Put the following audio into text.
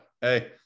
Hey